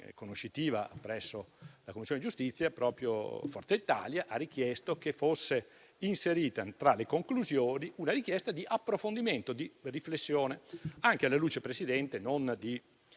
conoscitiva presso la Commissione giustizia proprio Forza Italia ha richiesto che fosse inserita tra le conclusioni una richiesta di approfondimento e riflessione, anche alla luce non di